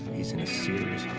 he's in a serious